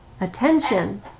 Attention